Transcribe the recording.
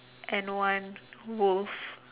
and one wolf